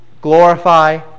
glorify